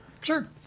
Sure